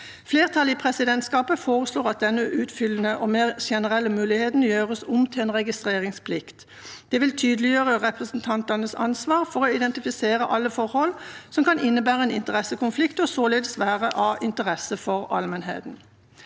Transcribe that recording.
Flertallet i presidentskapet foreslår at denne utfyllende og mer generelle muligheten gjøres om til en registreringsplikt. Det vil tydeliggjøre representantenes ansvar for å identifisere alle forhold som kan innebære en interessekonflikt og således være av interesse for allmennheten.